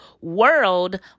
world